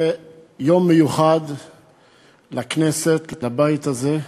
זה יום מיוחד לכנסת, לבית הזה,